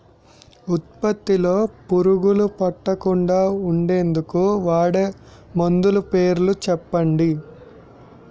ఉత్పత్తి లొ పురుగులు పట్టకుండా ఉండేందుకు వాడే మందులు పేర్లు చెప్పండీ?